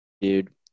dude